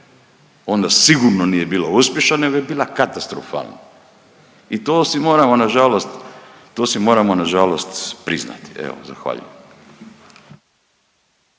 onda sigurno nije bila uspješna nego je bila katastrofalna. I to si moramo nažalost, to si moramo